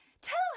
tell